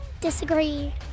Disagree